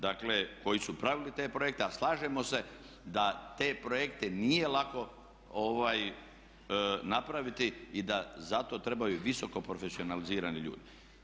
Dakle, koji su pravili te projekte, a slažemo se da te projekte nije lako napraviti i da za to trebaju visoko profesionalizirani ljudi.